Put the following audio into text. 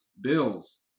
bills